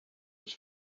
was